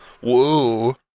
Whoa